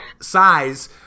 size